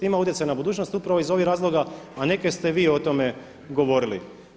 Ima utjecaja na budućnost upravo iz ovih razloga, a neke ste vi o tome govorili.